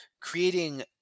creating